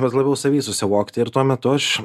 bet labiau savy susivokti ir tuo metu aš